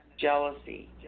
jealousy